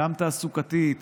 גם תעסוקתית,